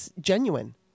genuine